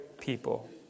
people